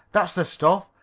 that's the stuff!